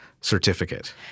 certificate